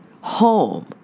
home